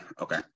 okay